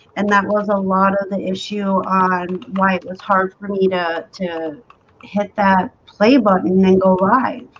and that was a lot of the issue on why it was hard for me to to hit that play button mingo, right?